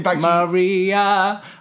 Maria